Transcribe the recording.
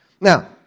Now